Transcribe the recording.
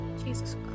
Jesus